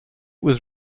was